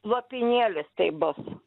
lopinėlis taip bus